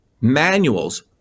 manuals